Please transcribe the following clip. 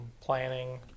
planning